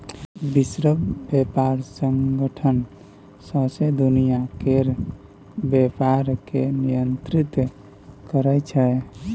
विश्व बेपार संगठन सौंसे दुनियाँ केर बेपार केँ नियंत्रित करै छै